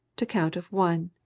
to count of one.